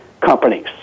companies